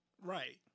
Right